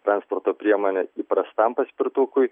transporto priemonė įprastam paspirtukui